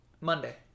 Monday